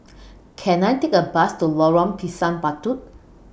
Can I Take A Bus to Lorong Pisang Batu